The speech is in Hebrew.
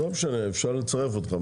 אפשר לצרף אותך.